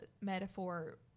metaphor